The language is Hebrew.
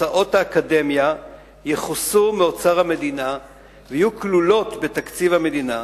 הוצאות האקדמיה יכוסו מאוצר המדינה ויהיו כלולות בתקציב המדינה.